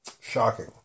shocking